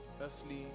earthly